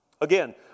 Again